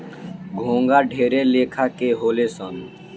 घोंघा ढेरे लेखा के होले सन